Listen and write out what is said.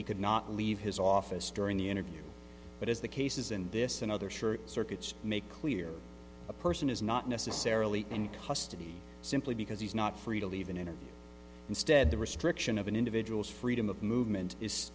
he could not leave his office during the interview but as the cases and this another sure circuits make clear a person is not necessarily in custody simply because he's not free to leave an interview instead the restriction of an individual's freedom of movement is